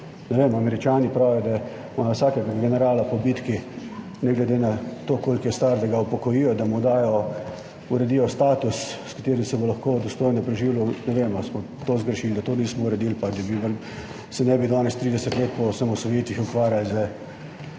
Ne vem, Američani pravijo, da imajo za vsakega generala po bitki, ne glede na to, koliko je star, ga upokojijo, da mu dajo in uredijo status, s katerim se bo lahko dostojno preživljal. Ne vem, ali smo to zgrešili, da nismo uredili tega, pa se ne bi danes, 30 let po osamosvojitvi, ukvarjali z